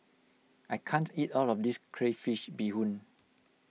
I can't eat all of this Crayfish BeeHoon